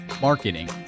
marketing